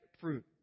fruit